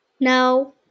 No